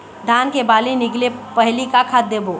धान के बाली निकले पहली का खाद देबो?